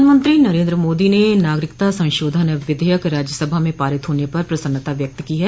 प्रधानमंत्री नरेन्द्र मोदी ने नागरिकता संशोधन विधेयक राज्य सभा में पारित होने पर प्रसन्न्ता व्यक्त की है